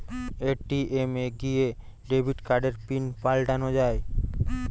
ATM এ গিয়ে debit কার্ডের পিন পাল্টানো যায়